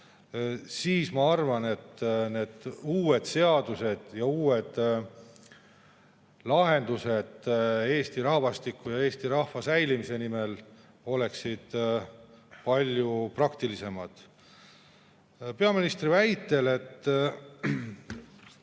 siis ma arvan, et uued seadused ja uued lahendused Eesti rahvastiku ja eesti rahva säilimise nimel oleksid palju praktilisemad. Peaministri väitel